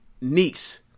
niece